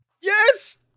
Yes